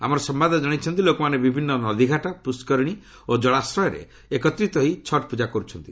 ଆମ ସମ୍ବାଦଦାତା ଜଣାଇଛନ୍ତି ଲୋକମାନେ ବିଭିନ୍ନ ନଦୀଘାଟ ପୁଷ୍କରିଣୀ ଓ ଜଳାଶୟରେ ଏକତ୍ରିତ ହୋଇ ଛଟ୍ ପୂଜା କରୁଛନ୍ତି